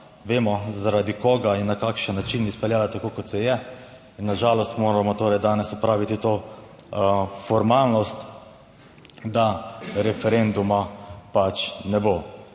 vemo, zaradi koga in na kakšen način izpeljati tako, kot se je in na žalost moramo torej danes opraviti to formalnost, da referenduma pač ne bo.